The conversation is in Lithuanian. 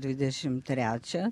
dvidešimt trečią